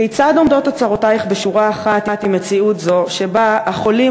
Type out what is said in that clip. כיצד עומדות הצהרותייך בשורה אחת עם מציאות זו שבה החולים,